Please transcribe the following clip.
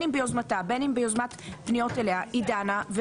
אם ביוזמתה ובין ביוזמת פניות אליה היא דנה.